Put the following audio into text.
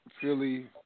Philly